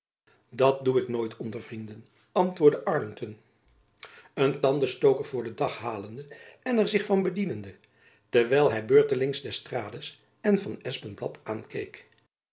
dat doe ik nooit onder vrienden antwoordde arlington een tandestooker voor den dag halende en er zich van bedienende terwijl hy beurtelings d'estrades en van espenblad